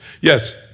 yes